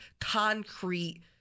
concrete